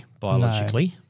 biologically